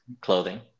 clothing